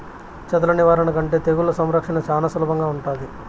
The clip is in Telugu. చెదల నివారణ కంటే తెగుళ్ల సంరక్షణ చానా సులభంగా ఉంటాది